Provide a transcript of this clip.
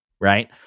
right